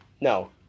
no